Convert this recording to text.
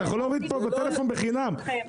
אתה יכול להוריד בפלאפון בחינם,